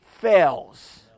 fails